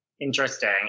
Interesting